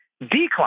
decline